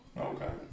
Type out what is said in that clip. okay